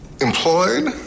Employed